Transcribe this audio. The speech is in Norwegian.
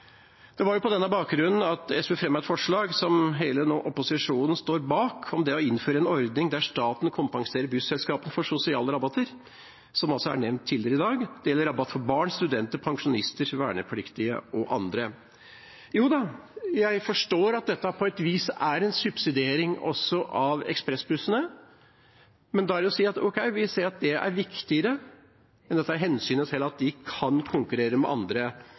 Det var på denne bakgrunnen at SV fremmet et forslag, som hele opposisjonen nå står bak, om å innføre en ordning der staten kompenserer busselskapene for sosiale rabatter, som nevnt tidligere i dag. Det gjelder rabatt for barn, studenter, pensjonister, vernepliktige og andre. Jo da, jeg forstår at dette på et vis er en subsidiering av ekspressbussene, men da er det å si at ok, vi ser at det er viktigere enn å ta hensyn til at de kan konkurrere med andre